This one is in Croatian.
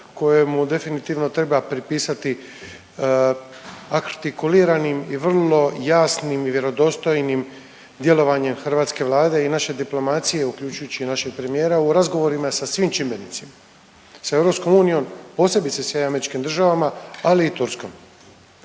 kojemu definitivno treba pripisati artikuliranim i vrlo jasnim i vjerodostojnim djelovanjem hrvatske vlade i naše diplomacije uključujući i našeg premijera u razgovorima sa svim čimbenicima sa EU posebno sa SAD-om ali i Turskom.